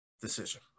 decision